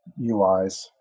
UIs